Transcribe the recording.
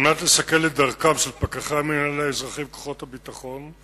על מנת לסכל את דרכם של פקחי המינהל האזרחי וכוחות הביטחון,